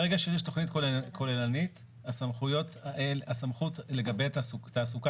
ברגע שיש תכנית כוללנית הסמכות לגבי תעסוקה,